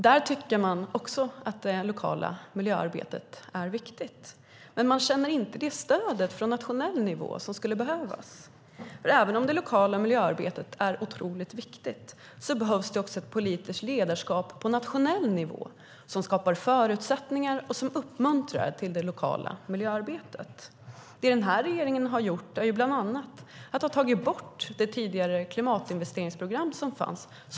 Där tycker de också att det lokala miljöarbetet är viktigt, men de känner inte det stöd från nationell nivå som skulle behövas. Även om det lokala miljöarbetet är otroligt viktigt behövs det också ett politiskt ledarskap på nationell nivå som skapar förutsättningar och som uppmuntrar till det lokala miljöarbetet. Den här regeringen har bland annat tagit bort det klimatinvesteringsprogram som fanns tidigare.